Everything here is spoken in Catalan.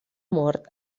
mort